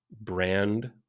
brand